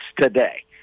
today